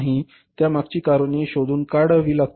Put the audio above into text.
आता त्यामागची कारणे शोधून काढावी लागतील